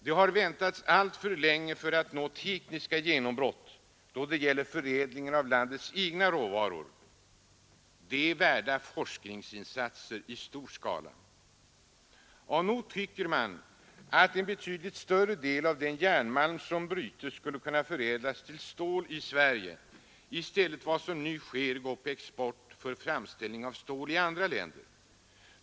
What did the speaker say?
Det har väntats alltför länge på att nå tekniska genombrott då det gäller förädlingen av landets egna råvaror; de är värda forskningsinsatser i stor skala. Nog tycker man att en betydligt större del av den järnmalm som bryts skulle kunna förädlas till stål i Sverige i stället för att, som nu sker, gå på export för framställning av stål i andra länder.